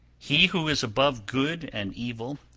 he who is above good and evil,